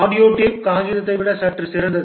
audio tape காகிதத்தை விட சற்று சிறந்தது